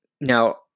Now